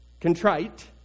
contrite